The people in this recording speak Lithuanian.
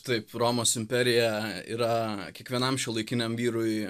taip romos imperija yra kiekvienam šiuolaikiniam vyrui